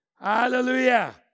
Hallelujah